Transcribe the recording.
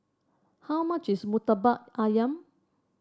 how much is murtabak ayam